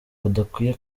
badakwiye